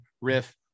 Riff